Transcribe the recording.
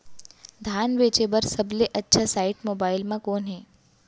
धान बेचे बर सबले अच्छा साइट मोबाइल म कोन हे?